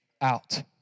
out